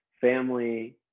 family